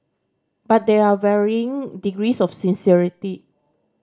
but there are varying degrees of sincerity